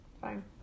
fine